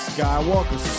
Skywalker